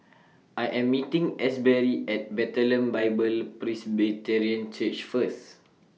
I Am meeting Asberry At Bethlehem Bible Presbyterian Church First